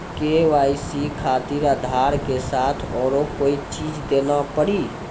KYC खातिर आधार के साथ औरों कोई चीज देना पड़ी?